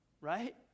Right